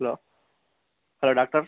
hello hello doctor